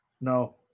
No